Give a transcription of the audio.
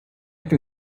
can